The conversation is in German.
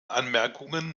anmerkungen